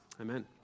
Amen